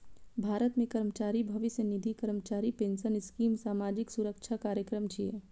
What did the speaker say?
भारत मे कर्मचारी भविष्य निधि, कर्मचारी पेंशन स्कीम सामाजिक सुरक्षा कार्यक्रम छियै